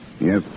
Yes